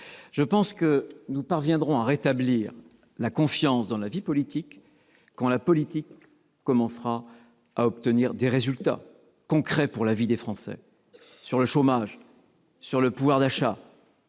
Franchement ! Nous parviendrons à rétablir la confiance dans la vie politique quand la politique commencera à obtenir des résultats concrets pour la vie des Français en matière de chômage, de pouvoir d'achat,